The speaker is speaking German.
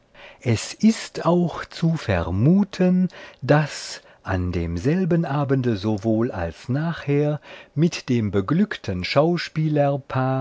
es ist auch zu vermuten daß an demselben abende sowohl als nachher mit dem beglückten